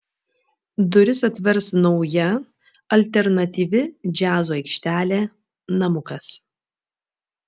duris atvers nauja alternatyvi džiazo aikštelė namukas